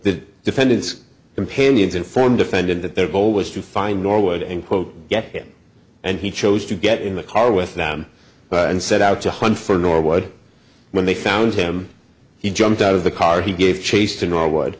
the defendant's companions informed defendant that their goal was to find norwood and quote get him and he chose to get in the car with them and set out to hunt for norwood when they found him he jumped out of the car he gave chase to norwood